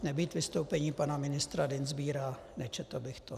Nebýt vystoupení pana ministra Dienstbiera, nečetl bych to.